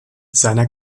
seiner